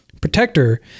protector